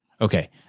Okay